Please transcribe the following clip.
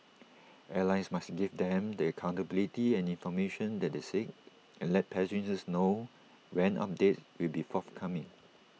airlines must give them the accountability and information that they seek and let passengers know when updates will be forthcoming